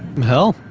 hell.